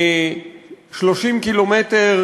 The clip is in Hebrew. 30 קילומטר